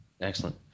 excellent